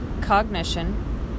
Cognition